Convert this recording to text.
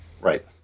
Right